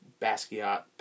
basquiat